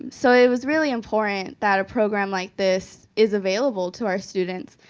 um so, it was really important that a program like this is available to our students.